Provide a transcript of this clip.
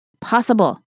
possible